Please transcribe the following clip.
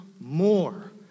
more